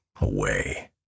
away